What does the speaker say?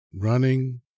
running